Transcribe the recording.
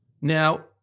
Now-